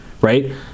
Right